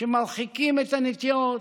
שמרחיקים את הנטיעות,